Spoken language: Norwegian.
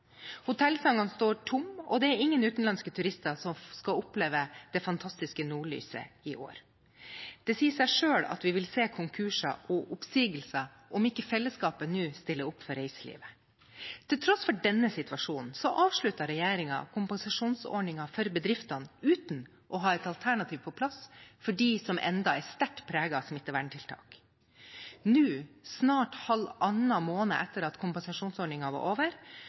står tomme, og det er ingen utenlandske turister som skal oppleve det fantastiske nordlyset i år. Det sier seg selv at vi vil se konkurser og oppsigelser om ikke fellesskapet nå stiller opp for reiselivet. Til tross for denne situasjonen avsluttet regjeringen kompensasjonsordningen for bedriftene uten å ha et alternativ på plass for dem som ennå er sterkt preget av smitteverntiltak. Nå, snart halvannen måned etter at kompensasjonsordningen var over,